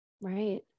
right